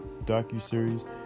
docuseries